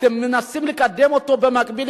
אתם מנסים לקדם אותו במקביל,